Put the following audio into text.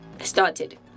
started